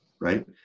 right